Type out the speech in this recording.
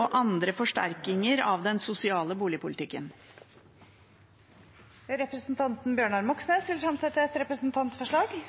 og andre forsterkinger av den sosiale boligpolitikken. Representanten Bjørnar Moxnes vil fremsette et representantforslag.